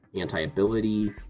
anti-ability